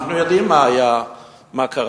אנחנו יודעים מה היה, מה קרה.